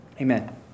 Amen